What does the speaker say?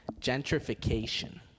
Gentrification